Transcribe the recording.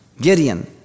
Gideon